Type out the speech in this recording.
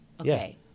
Okay